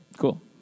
Cool